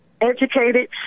educated